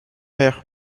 hair